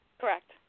Correct